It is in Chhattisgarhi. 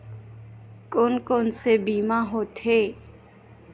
कोन कोन से बीमा होथे?